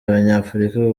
abanyafurika